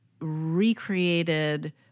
recreated